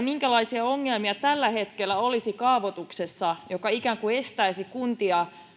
minkälaisia ongelmia tällä hetkellä olisi kaavoituksessa jotka ikään kuin estäisivät kuntia